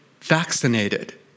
vaccinated